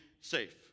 safe